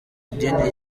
idini